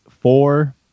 four